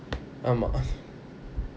ஆமா:aama